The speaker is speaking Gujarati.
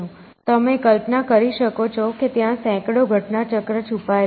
તમે કલ્પના કરી શકો છો કે ત્યાં સેંકડો ઘટનાચક્ર છુપાયેલા છે